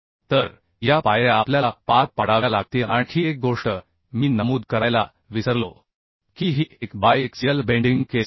तर या पायऱ्या आपल्याला पार पाडाव्या लागतील आणखी एक गोष्ट मी नमूद करायला विसरलो की ही एक बायएक्सियल बेंडिंग केस आहे